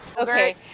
Okay